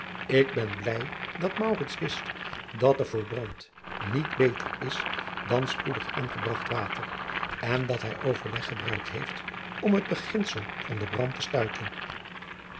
ik ben blij dat maurits wist dat er voor brand niet beter is dan spoedig aangebragt water en dat hij overleg gebruikt heeft om het beginsel van den brand te stuiten